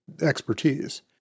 expertise